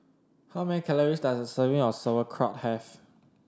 how many calories does a serving of Sauerkraut have